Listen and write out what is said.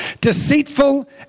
Deceitful